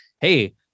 Hey